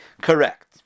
correct